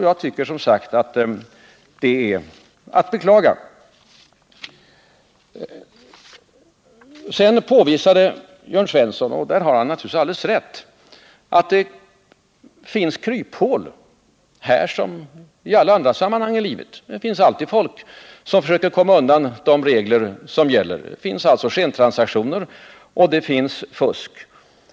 Jag tycker som sagt att det är att beklaga. Sedan påvisade Jörn Svensson att det finns kryphål då det gäller valutautflödet. Det har han naturligtvis alldeles rätt i, men det finns det också i alla andra sammanhang i livet. Det finns alltid folk som försöker komma undan de regler som gäller. Det förekommer säkert skentransaktioner och det finns fusk.